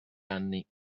anni